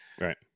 Right